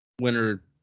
Winner